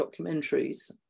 documentaries